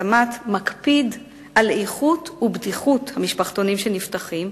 התמ"ת מקפיד על איכות ובטיחות המשפחתונים שנפתחים,